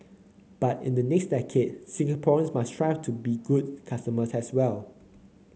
but in the next decade Singaporeans must strive to be good customers as well